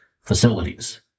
facilities